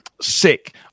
Sick